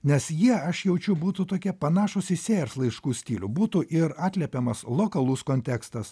nes jie aš jaučiu būtų tokie panašūs į sėjers laiškų stilių būtų ir atliepiamas lokalus kontekstas